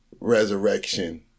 resurrection